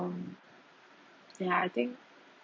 um ya I think